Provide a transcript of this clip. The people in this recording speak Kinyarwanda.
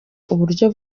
uburyo